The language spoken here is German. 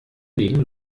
legen